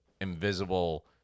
invisible